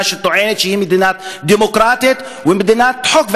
שטוענת שהיא מדינה דמוקרטית ומדינת חוק.